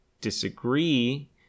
disagree